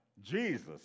Jesus